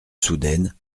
soudaine